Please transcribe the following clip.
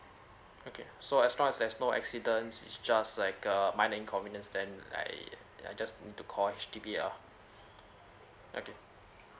okay so as long as there's no accidents is just like a minor inconvenience then I I just need to call H_D_B ah okay